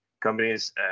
companies